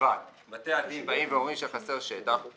בלבד אומרים שחסר שטח.